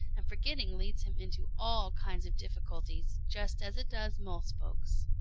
and forgetting leads him into all kinds of difficulties, just as it does most folks.